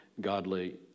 godly